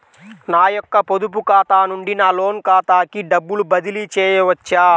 నా యొక్క పొదుపు ఖాతా నుండి నా లోన్ ఖాతాకి డబ్బులు బదిలీ చేయవచ్చా?